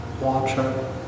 water